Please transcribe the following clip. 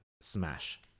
smash